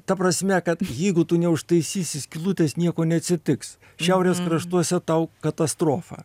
ta prasme kad jeigu tu neužtaisysi skylutės nieko neatsitiks šiaurės kraštuose tau katastrofa